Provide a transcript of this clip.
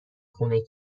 خونه